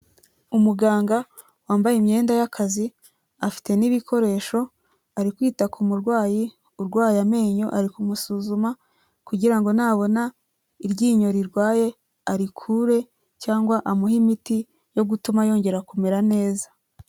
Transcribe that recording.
Umuganga wambaye imyenda y'akazi afite n'ibikoresho ari kwita ku murwayi urwaye amenyo; ari kumusuzuma kugira ngo nabona iryinyo rirwaye arikure cyangwa amuhe imiti yo gutuma yongera kumera neza.